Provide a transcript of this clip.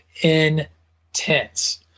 intense